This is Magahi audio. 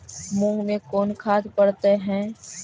मुंग मे कोन खाद पड़तै है?